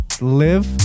live